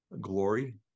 glory